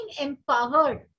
empowered